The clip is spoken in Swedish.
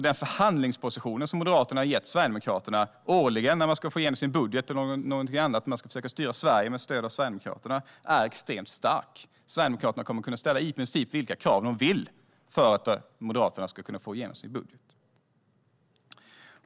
Den förhandlingsposition som Moderaterna har gett Sverigedemokraterna, i och med att man årligen ska få igenom sin budget eller någonting annat och i och med att man vill försöka styra Sverige med stöd av Sverigedemokraterna, är extremt stark. Sverigedemokraterna kommer att kunna ställa i princip vilka krav de vill bara för att Moderaterna ska kunna få igenom sin budget.